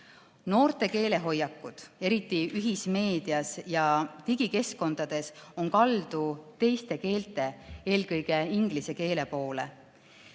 Noorte keelehoiakud, eriti ühismeedias ja digikeskkondades on kaldu teiste keelte, eelkõige inglise keele poole.